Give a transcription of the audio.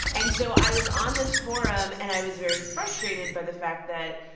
and so i was on this forum. and i was very frustrated by the fact that,